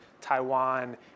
Taiwan